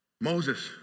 Moses